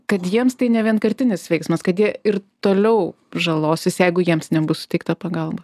kad jiems tai nevienkartinis veiksmas kad jie ir toliau žalosis jeigu jiems nebus suteikta pagalba